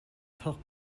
thok